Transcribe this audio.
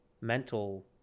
mental